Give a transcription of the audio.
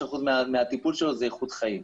ב-95% מהטיפול שלו זה איכות חיים,